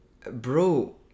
bro